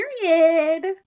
period